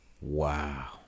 Wow